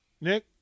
Nick